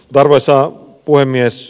arvoisa puhemies